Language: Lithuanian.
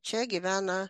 čia gyvena